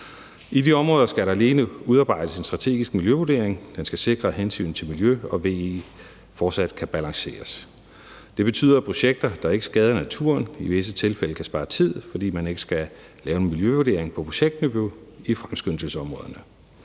I de områder skal der alene udarbejdes en strategisk miljøvurdering. Den skal sikre, at hensynet til miljø og VE fortsat kan balanceres. Det betyder, at man ved projekter, der ikke skader naturen, i visse tilfælde kan spare tid, fordi man ikke skal lave en miljøvurdering på projektniveau i fremskyndelsesområderne.